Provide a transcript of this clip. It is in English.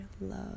love